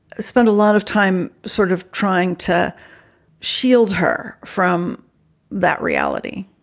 spend a lot of time sort of trying to shield her from that reality